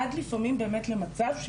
עד לפעמים באמת למצב,